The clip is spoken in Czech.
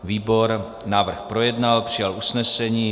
Výbor návrh projednal, přijal usnesení.